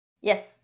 Yes